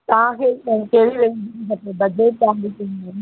तव्हां खे कहिड़ी रेंज में बजेट तव्हां जो कीअं आहे